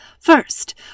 First